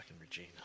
Regina